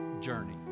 journey